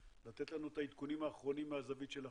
לתת לנו את העדכונים האחרונים מהזווית שלכם.